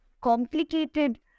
complicated